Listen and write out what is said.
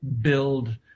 build